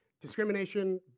discrimination